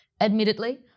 Admittedly